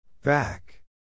BACK